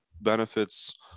benefits